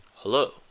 Hello